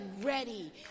ready